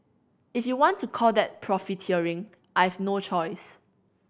if you want to call that profiteering I've no choice